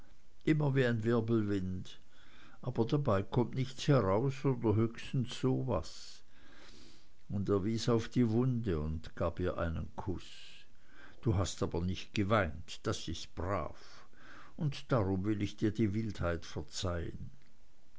immer wie ein wirbelwind aber dabei kommt nichts heraus oder höchstens so was und er wies auf die wunde und gab ihr einen kuß du hast aber nicht geweint das ist brav und darum will ich dir die wildheit verzeihen